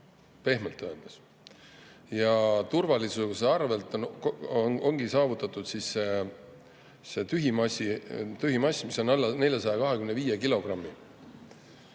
pehmelt öeldes, ja turvalisuse arvelt ongi saavutatud see tühimass, mis on alla 425 kilogrammi.